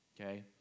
okay